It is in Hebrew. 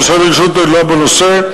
ובשל הרגישות הגדולה בנושא,